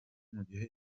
mugihe